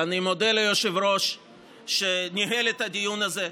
ואני מודה ליושב-ראש שניהל את הדיון הזה,